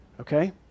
Okay